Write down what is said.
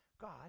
God